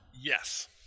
Yes